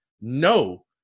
No